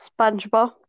Spongebob